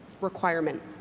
requirement